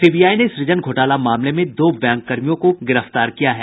CBI ने सूजन घोटाला मामले में दो बैंककर्मियों को गिरफ्तार किया है